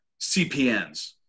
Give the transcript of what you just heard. CPNs